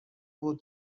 بود